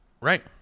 Right